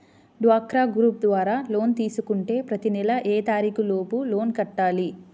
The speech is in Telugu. డ్వాక్రా గ్రూప్ ద్వారా లోన్ తీసుకుంటే ప్రతి నెల ఏ తారీకు లోపు లోన్ కట్టాలి?